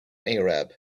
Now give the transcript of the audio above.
arab